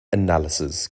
analysis